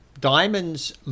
Diamond's